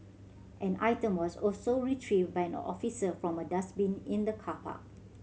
an item was also retrieved by an officer from a dustbin in the car park